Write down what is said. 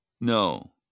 No